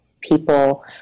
people